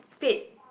paid